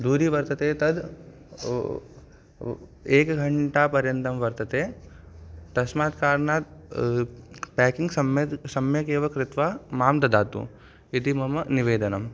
दूरे वर्तते तद् एकघण्टापर्यन्तं वर्तते तस्मात् कारणात् प्याकिङ्ग् सम्यक् सम्यक् एव कृत्वा मां ददातु इति मम निवेदनं